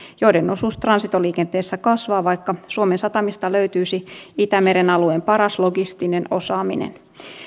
joiden osuus transitoliikenteessä kasvaa vaikka suomen satamista löytyisi itämeren alueen paras logistinen osaaminen